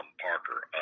Parker